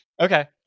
Okay